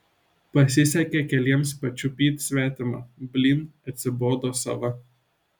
pasisekė keliems pačiupyt svetimą blyn atsibodo sava